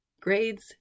Grades